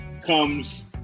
comes